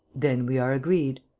then we are agreed?